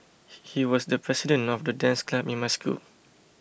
he he was the president of the dance club in my school